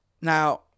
Now